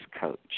coach